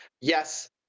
Yes